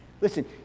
Listen